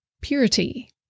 Purity